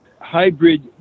hybrid